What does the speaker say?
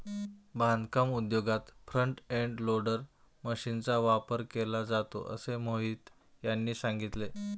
बांधकाम उद्योगात front end loader मशीनचा वापर केला जातो असे मोहित यांनी सांगितले